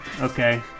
okay